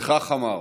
וכך אמר: